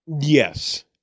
yes